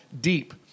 deep